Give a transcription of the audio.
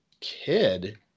kid